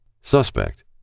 Suspect